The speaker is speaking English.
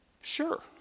Sure